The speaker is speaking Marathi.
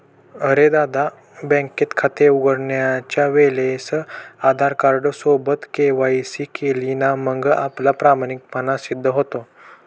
अरे दादा, बँकेत खाते उघडण्याच्या वेळेस आधार कार्ड सोबत के.वाय.सी केली ना मग आपला प्रामाणिकपणा सिद्ध होतो